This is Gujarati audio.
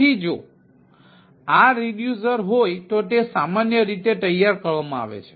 તેથી જો R રિડ્યુસર હોય તો તે સામાન્ય રીતે તૈયાર કરવામાં આવે છે